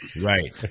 Right